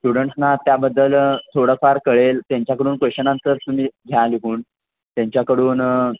स्टुडंट्सना त्याबद्दल थोडंफार कळेल त्यांच्याकडून क्वेश्चन आन्सर्स तुम्ही घ्या लिहून त्यांच्याकडून